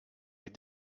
les